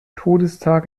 todestag